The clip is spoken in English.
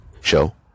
show